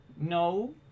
No